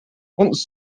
once